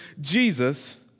Jesus